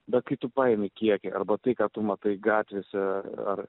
bet kai tu paimi kiekį arba tai ką tu matai gatvėse ar